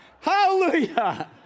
Hallelujah